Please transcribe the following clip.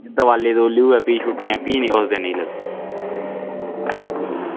दिवाली दुहाली होऐ फ्ही छुट्टियां फ्ही उस दिन नेईं लगदी